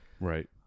Right